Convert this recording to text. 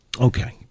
Okay